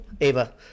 Ava